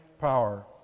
power